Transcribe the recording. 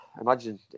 imagine